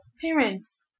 Parents